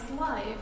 life